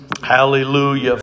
Hallelujah